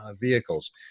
vehicles